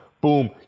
Boom